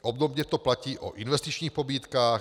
obdobně to platí o investičních pobídkách;